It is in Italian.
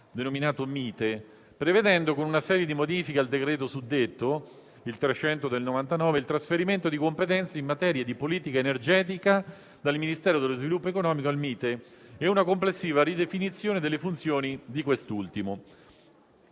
denominato MITE, prevedendo, con una serie di modifiche al decreto suddetto, il trasferimento di competenze in materia di politica energetica dal Ministero dello sviluppo economico al MITE e una complessiva ridefinizione delle funzioni di quest'ultimo.